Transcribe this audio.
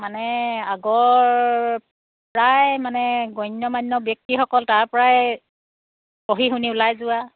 মানে আগৰ প্ৰায় মানে গণ্য মান্য ব্যক্তিসকল তাৰ পৰাই পঢ়ি শুনি ওলাই যোৱা